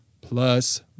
plus